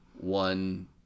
one